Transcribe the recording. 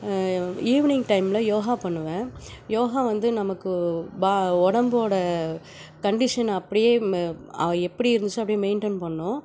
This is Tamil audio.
ஈவினிங் டைம்ல யோகா பண்ணுவேன் யோகா வந்து நமக்கு பா உடம்போட கண்டீஷன் அப்படியே மெ எப்படி இருந்துச்சோ அப்படியே மெயின்டென் பண்ணும்